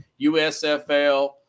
USFL